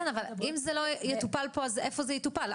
כן אבל אם זה לא יטופל פה אז איפה זה יטופל?